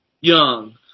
Young